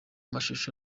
mashusho